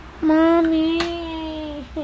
Mommy